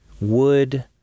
wood